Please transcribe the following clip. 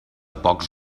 pocs